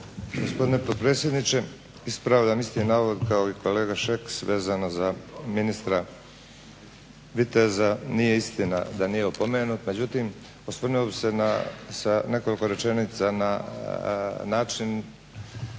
Gospodine potpredsjedniče. Ispravljam isti navod kao i kolega Šeks vezano za ministra Viteza. Nije istina da nije opomenut. Međutim, osvrnuo bih se sa nekoliko rečenica na način